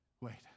wait